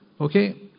Okay